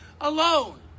alone